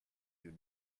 you